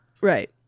Right